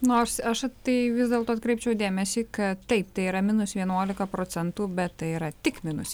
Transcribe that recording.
nors aš tai vis dėlto atkreipčiau dėmesį kad taip tai yra minus vienuolika procentų bet tai yra tik minus